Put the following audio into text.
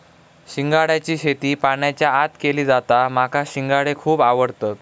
शिंगाड्याची शेती पाण्याच्या आत केली जाता माका शिंगाडे खुप आवडतत